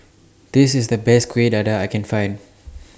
This IS The Best Kuih Dadar I Can Find